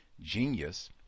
genius